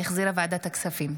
שהחזירה ועדת הכספים.